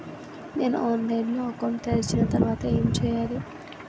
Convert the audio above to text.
నేను ఆన్లైన్ లో అకౌంట్ తెరిచిన తర్వాత ఏం చేయాలి?